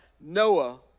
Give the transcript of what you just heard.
Noah